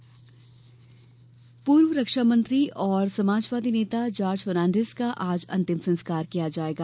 निधन पूर्व रक्षा मंत्री और समाजवादी नेता जार्ज फर्नान्डिस का अंतिम संस्कार आज किया जायेगा